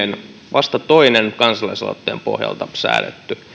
vasta toinen kansalaisaloitteen pohjalta säädetty